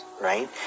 Right